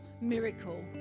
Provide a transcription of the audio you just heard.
miracle